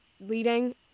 leading